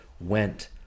went